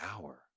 hour